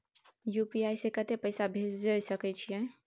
UPI से कत्ते पैसा भेज सके छियै?